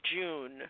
June